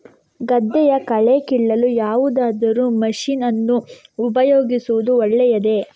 ಗದ್ದೆಯ ಕಳೆ ಕೀಳಲು ಯಾವುದಾದರೂ ಮಷೀನ್ ಅನ್ನು ಉಪಯೋಗಿಸುವುದು ಒಳ್ಳೆಯದೇ?